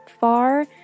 far